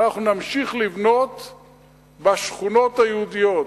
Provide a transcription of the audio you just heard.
בשכונות היהודיות.